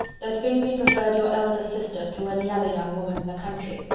that bingley preferred your elder sister to any other young woman in the country.